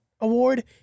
Award